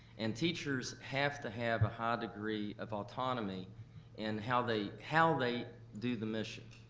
and teachers have to have a high degree of autonomy in how they how they do the mission.